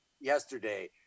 Yesterday